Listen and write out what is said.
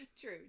True